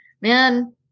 man